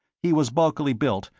he was bulkily built,